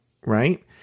Right